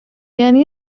یعنی